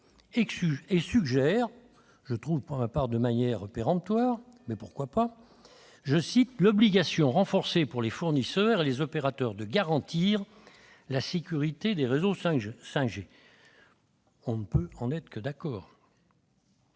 ma part, je trouve qu'elle le fait de manière péremptoire, mais pourquoi pas !-« l'obligation renforcée, pour les fournisseurs et les opérateurs, de garantir la sécurité des réseaux. » On ne peut qu'être d'accord